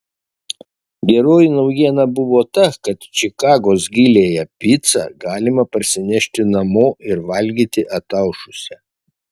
geroji naujiena buvo ta kad čikagos giliąją picą galima parsinešti namo ir valgyti ataušusią